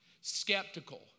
skeptical